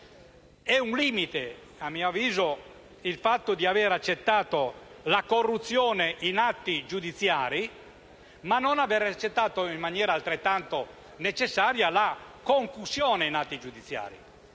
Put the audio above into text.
È un limite, a mio avviso, il fatto di avere accettato la corruzione in atti giudiziari, ma non avere accettato in maniera altrettanto necessaria la concussione in atti giudiziari.